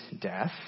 death